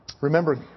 Remember